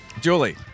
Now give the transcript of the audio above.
Julie